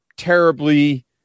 terribly